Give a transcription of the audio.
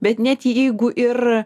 bet net jeigu ir